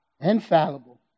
Infallible